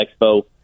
Expo